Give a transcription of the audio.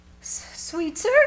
Sweetser